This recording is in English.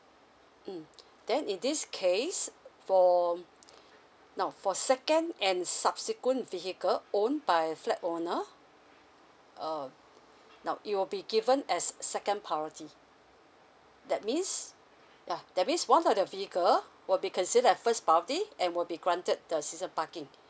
mm then in this case for um now for second and subsequent vehicle own by flat owner uh now it will be given as a second priority that means yeah that means one of your vehicle will be considered as first priority and will be granted the season parking